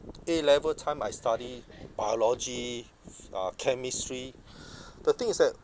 A level time I study biology uh chemistry the thing is that